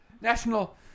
national